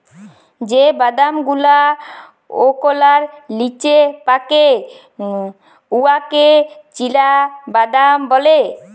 যে বাদাম গুলা ওকলার লিচে পাকে উয়াকে চিলাবাদাম ব্যলে